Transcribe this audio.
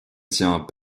tient